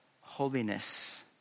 holiness